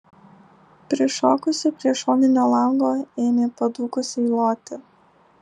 prišokusi prie šoninio lango ėmė padūkusiai loti